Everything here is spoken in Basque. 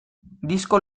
disko